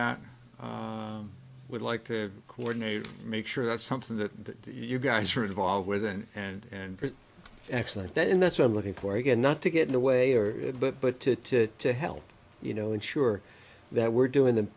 that would like to coordinate make sure that's something that you guys are involved with and and and excise then that's what i'm looking for again not to get in the way or it but but to to to help you know ensure that we're doing the